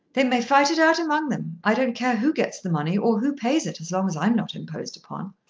they may fight it out among them. i don't care who gets the money or who pays it as long as i'm not imposed upon.